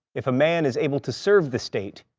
if a man is able to serve the state,